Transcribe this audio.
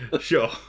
Sure